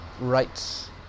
rights